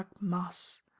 mass